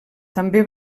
també